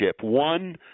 one